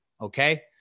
Okay